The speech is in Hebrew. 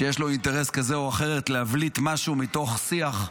שיש לו אינטרס כזה או אחר להבליט משהו מתוך שיח.